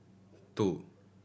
two